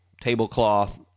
tablecloth